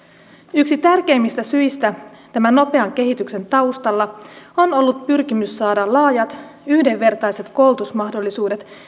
yksi tärkeimmistä syistä tämän nopean kehityksen taustalla on ollut pyrkimys saada laajat yhdenvertaiset koulutusmahdollisuudet